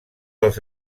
els